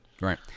Right